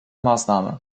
maßnahme